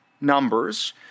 numbers